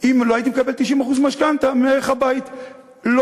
אם לא הייתי מקבל 90% מערך הבית משכנתה.